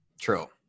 True